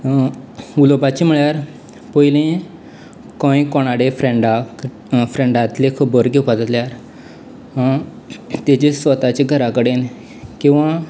उलोवपाचे म्हळ्यार पयलीं खंय कोणा कडेन फ्रेंडाक फ्रेंडाली खबर घेवपाक जाय जाल्यार ताजी स्वताचे घरा कडेन किंवा